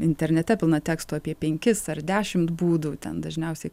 internete pilna tekstų apie penkis ar dešimt būdų ten dažniausiai